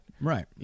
Right